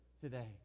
today